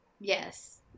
Yes